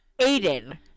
Aiden